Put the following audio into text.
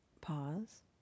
Pause